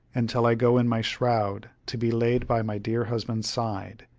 until i go in my shroud to be laid by my dear husband's side,